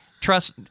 trust